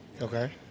okay